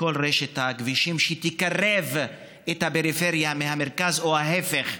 כל רשת הכבישים שתקרב את הפריפריה למרכז או ההפך.